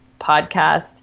podcast